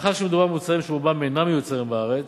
מאחר שמדובר במוצרים שרובם אינם מיוצרים בארץ,